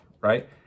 right